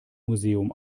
museum